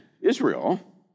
Israel